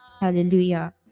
Hallelujah